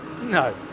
No